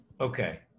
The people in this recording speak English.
Okay